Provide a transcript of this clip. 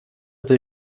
will